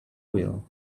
wheel